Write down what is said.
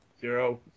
Zero